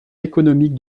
économique